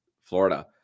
Florida